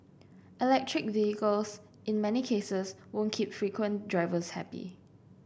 electric vehicles in many cases won't keep frequent drivers happy